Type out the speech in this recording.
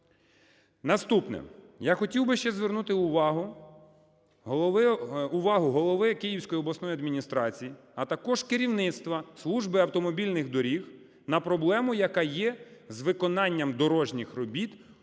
Наступне. Я хотів би ще звернути увагу голови Київської обласної адміністрації, а також керівництва Служби автомобільних доріг, на проблему, яка є з виконанням дорожніх робіт по